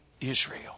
Israel